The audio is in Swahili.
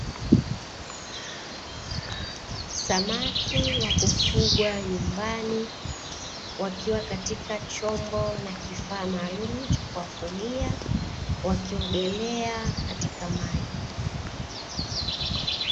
Samaki wa kufugwa nyumbani, wakiwa katika chombo na kifaa maalumu cha kuwafugia, wakiogelea katika maji.